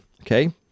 okay